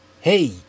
Hey